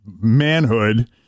manhood